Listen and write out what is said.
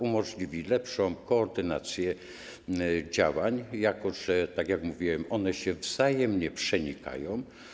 Umożliwi lepszą koordynację działań, jako że, tak jak mówiłem, one się wzajemnie przenikają.